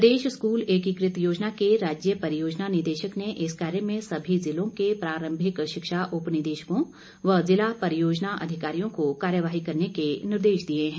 प्रदेश school एकीकृत योजना के राज्य परियोजना निदेशक ने इस कार्य में सभी जिलों के प्रारंभिक शिक्षा उपनिदेशकों व जिला परियोजना अधिकारियों को कार्यवाही करने के निर्देश दिए हैं